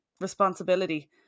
responsibility